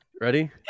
Ready